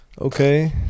Okay